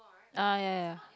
ah ya ya ya